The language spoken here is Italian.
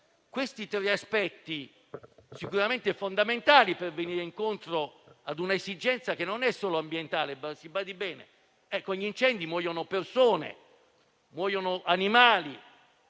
Questi tre aspetti sono sicuramente fondamentali per venire incontro ad una esigenza, che non è solo ambientale. Si badi bene che negli incendi muoiono persone e animali